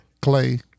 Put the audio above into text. Clay